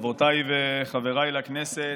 רבותיי וחבריי לכנסת,